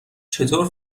چطور